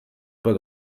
pas